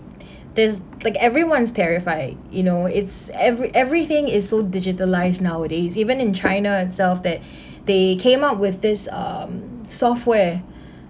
there's like everyone's terrified you know it's every everything is so digitalised nowadays even in china itself that they came up with this um software